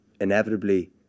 inevitably